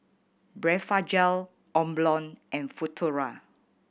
Blephagel Omron and Futuro